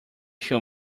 show